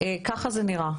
ככה זה נראה.